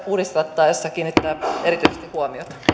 uudistettaessa kiinnittää erityisesti huomiota